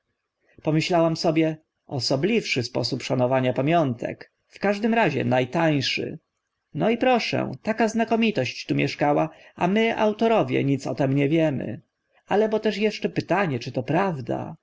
pomyślałam sobie osobliwszy sposób szanowania pamiątek w każdym razie na tańszy no i proszę taka znakomitość tu mieszkała a my autorowie nic o tym nie wiemy ale bo też eszcze pytanie czy to prawda